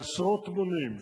בעשרות מונים.